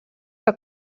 que